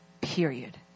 period